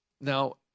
Now